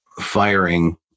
firing